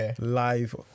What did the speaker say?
live